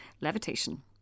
Levitation